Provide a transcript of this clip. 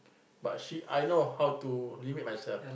but she I know how to limit myself